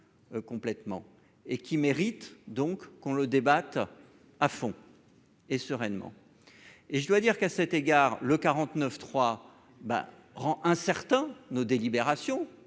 complètement et qui mérite donc qu'on le débat à fond et sereinement et je dois dire qu'à cet égard le 49 3 ben rend incertain nos délibérations